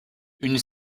une